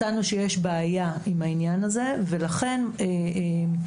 מצאנו שיש בעיה עם העניין הזה ולכן עלה